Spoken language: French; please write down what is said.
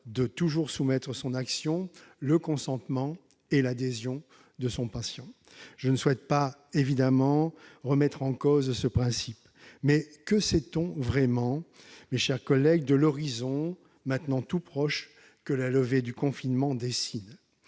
de toujours soumettre son action : le consentement et l'adhésion de son patient. Je ne souhaite pas, bien évidemment, remettre en cause ce principe, mais que sait-on vraiment, mes chers collègues, de l'horizon maintenant tout proche que la levée du confinement dessine ?